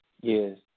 Yes